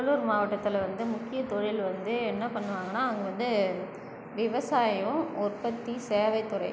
கடலூர் மாவட்டத்தில் வந்து முக்கிய தொழில் வந்து என்ன பண்ணுவாங்கன்னா அங்கே வந்து விவசாயம் உற்பத்தி சேவை துறை